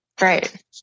Right